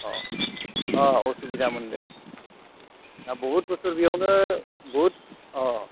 अ अ असुबिदा मोन्दों दा बुहुद बोसोर बेयावनो बुहुद अ